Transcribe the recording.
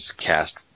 cast